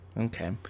okay